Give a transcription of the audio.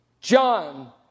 John